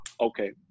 Okay